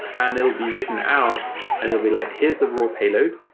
and it'll be written out and it'll be like, here's the real payload.